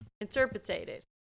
interpreted